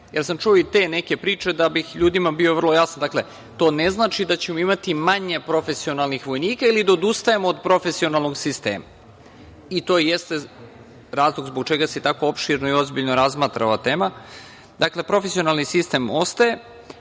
Čuo sam i te neke priče. Da bi ljudima bio vrlo jasan, dakle, to ne znači da ćemo imati manje profesionalnih vojnika ili da odustajemo od profesionalnog sistema. To jeste razlog zbog čega se tako opširno i ozbiljno razmatra ova tema. Dakle, profesionalni sistem ostaje,